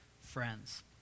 friends